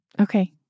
Okay